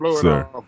sir